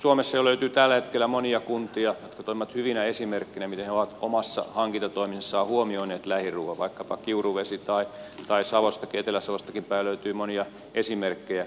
suomesta jo löytyy tällä hetkellä monia kuntia jotka toimivat hyvinä esimerkkeinä siinä miten he ovat omassa hankintatoiminnassaan huomioineet lähiruuan vaikkapa kiuruvesi tai etelä savostakin päin löytyy monia esimerkkejä